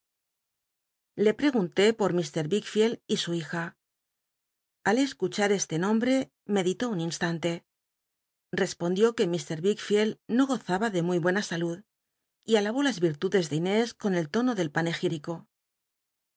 le l'cgunt por mr wickficld y su hija a escuchar este nombc meditó uu instante respondió qtie fr wickfield no gozaba de muy buena salud y alabó las virtudes de jnós en el tono del